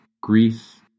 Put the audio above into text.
grief